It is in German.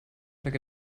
unter